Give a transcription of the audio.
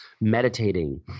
meditating